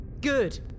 Good